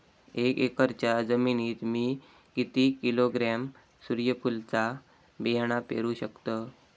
एक एकरच्या जमिनीत मी किती किलोग्रॅम सूर्यफुलचा बियाणा पेरु शकतय?